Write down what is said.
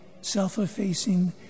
self-effacing